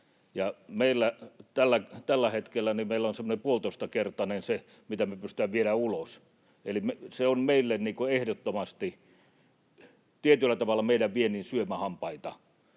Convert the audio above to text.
tällä hetkellä on semmoinen puolitoistakertainen se, mitä me pystytään viemään ulos, eli se on meille ehdottomasti tietyllä tavalla meidän vientimme syömähampaita.